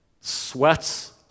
sweats